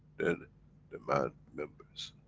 then the man remembers.